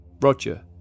Roger